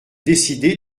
décidé